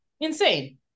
Insane